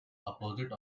opposite